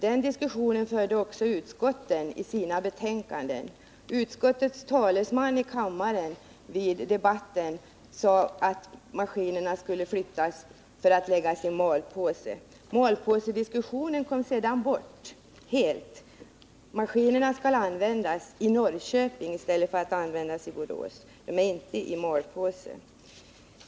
Den diskussionen förde också utskottet i sina betänkanden. I debatten i kammaren sade utskottets talesman att maskinerna skulle flyttas för att läggas i malpåse, men malpåsediskussionen kom sedan bort helt, och det hette bara att maskinerna skulle användas i Norrköping i stället för i Borås.